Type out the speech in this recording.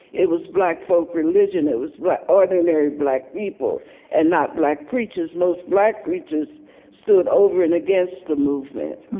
it was black folk religion. it was ordinary black people and not black preachers. most black preachers stood over and against the movement.